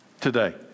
Today